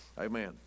Amen